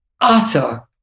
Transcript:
utter